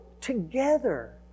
together